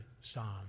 Psalm